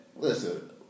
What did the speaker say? Listen